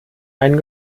einen